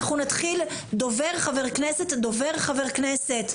אנחנו נתחיל דובר, חבר כנסת, דובר, חבר כנסת.